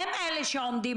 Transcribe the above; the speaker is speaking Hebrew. הם אלה שעומדים